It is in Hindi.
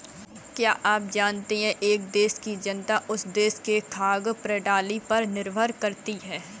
क्या आप जानते है एक देश की जनता उस देश की खाद्य प्रणाली पर निर्भर करती है?